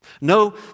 No